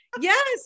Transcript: yes